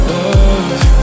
love